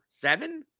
Seven